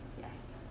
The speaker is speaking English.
Yes